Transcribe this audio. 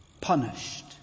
punished